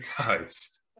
toast